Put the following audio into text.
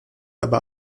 aber